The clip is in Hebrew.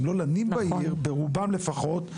ברובם לפחות,